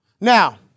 Now